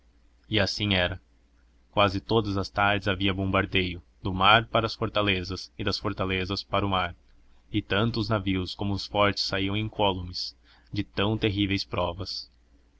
e assim era quase todas as tardes havia bombardeio do mar para as fortalezas e das fortalezas para o mar e tanto os navios como os fortes saíam incólumes de tão terríveis provas